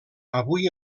avui